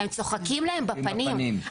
הם צוחקים להם בפנים.